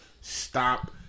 stop